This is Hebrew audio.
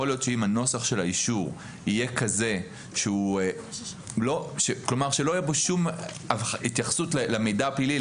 יכול להיות שאם בנוסח של האישור לא תהיה שום התייחסות למידע הפלילי,